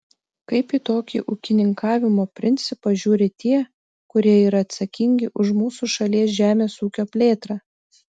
kaip į tokį ūkininkavimo principą žiūri tie kurie yra atsakingi už mūsų šalies žemės ūkio plėtrą